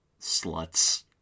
sluts